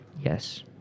Yes